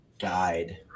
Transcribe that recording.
guide